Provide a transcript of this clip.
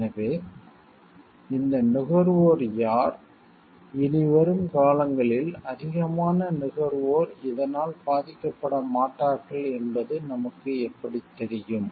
எனவே இந்த நுகர்வோர் யார் இனி வரும் காலங்களில் அதிகமான நுகர்வோர் இதனால் பாதிக்கப்பட மாட்டார்கள் என்பது நமக்கு எப்படித் தெரியும்